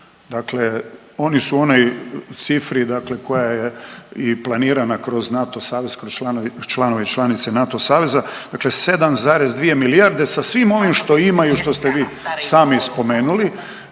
Dakle, oni su u onoj cifri dakle koja je i planirana kroz NATO savez, kroz članove i članice NATO saveza. Dakle, 7,2 milijarde sa svim ovim što imaju što ste vi sami spomenuli,